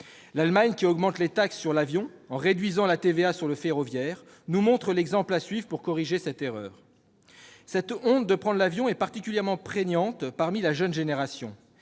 L'Allemagne, qui augmente les taxes sur l'avion en réduisant la TVA sur le ferroviaire, nous montre l'exemple à suivre pour corriger cette erreur. Cette honte de prendre l'avion est particulièrement prégnante dans la jeune génération,